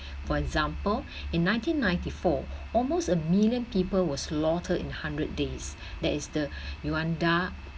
for example in nineteen ninety four almost a million people were slaughter in hundred days that is the rwanda